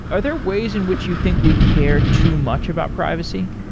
are there ways in which you think we care too much about privacy?